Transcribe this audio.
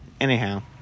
anyhow